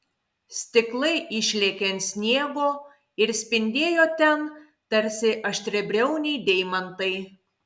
stiklai išlėkė ant sniego ir spindėjo ten tarsi aštriabriauniai deimantai